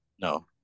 no